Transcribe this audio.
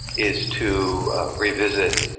is to revisit